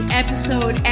episode